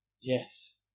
Yes